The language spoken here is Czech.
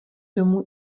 domů